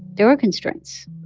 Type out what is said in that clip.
there are constraints.